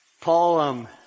Paul